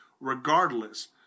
Regardless